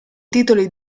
titoli